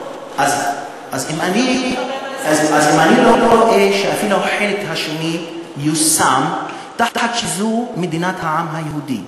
אז אם אני לא רואה שאפילו החלק השני יושם תחת זה שזו מדינת העם היהודי,